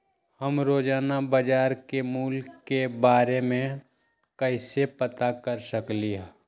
हम रोजाना बाजार के मूल्य के के बारे में कैसे पता कर सकली ह?